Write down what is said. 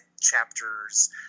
chapters